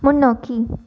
முன்னோக்கி